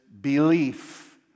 belief